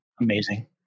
Amazing